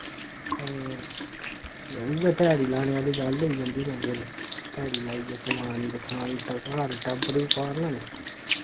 ते उ'ऐ ध्याड़ी लाने आह्ली गल्ल होई जंदी ते फिर धैड़ी लाइयै कमानी ते खानी ते घर टब्बर बी पालना निं